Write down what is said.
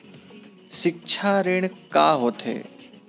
सिक्छा ऋण का होथे?